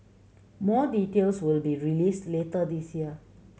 more details will be released later this year